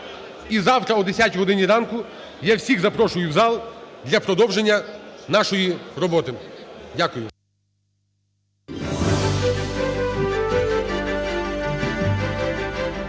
І завтра о 10 годині ранку я всіх запрошую в зал для продовження нашої роботи. Дякую.